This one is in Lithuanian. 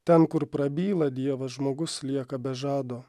ten kur prabyla dievas žmogus lieka be žado